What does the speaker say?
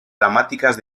dramáticas